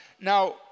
Now